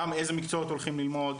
גם איזה מקצועות הולכים ללמוד,